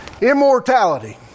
immortality